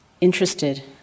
interested